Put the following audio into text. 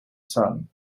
sun